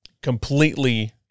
completely